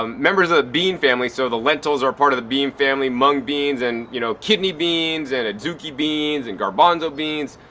um members of the bean family, so the lentils are of the bean family, mung beans, and you know kidney beans, and atsuki beans and garbanzo beans,